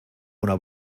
una